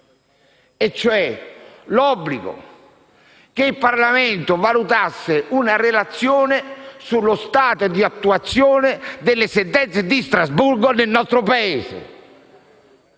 recante l'obbligo per il Parlamento di valutare una relazione sullo stato di attuazione delle sentenze di Strasburgo nel nostro Paese.